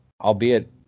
albeit